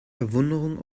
verwunderung